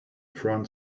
front